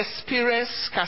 experience